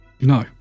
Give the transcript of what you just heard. No